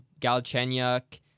Galchenyuk